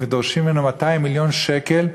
ודורשים ממנו 200 מיליון שקל,